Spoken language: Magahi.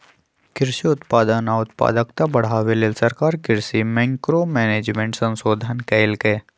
कृषि उत्पादन आ उत्पादकता बढ़ाबे लेल सरकार कृषि मैंक्रो मैनेजमेंट संशोधन कएलक